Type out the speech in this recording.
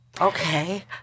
okay